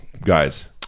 guys